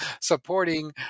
supporting